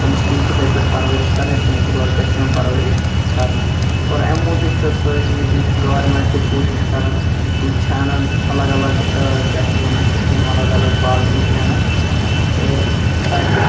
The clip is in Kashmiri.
تمِس تہِ یی تِتھے پٲٹھۍ پرورِش کَرنہٕ یِتھ کنۍ أکِس لڑکَس چھِ یِوان پَرورِش کَرنہٕ اور امہِ موٗجوٗب چھِ سٲنۍ ییٚتِچ گارمنٹ تہِ کوٗشِش کَران یہِ تہِ چھِ اَنان اَلَگ اَلَگ کیاہ چھِ اَتھ وَنان سِکیٖم اَلَگ اَلَگ پالسی چھِ یہِ وَنان تہٕ تاکہِ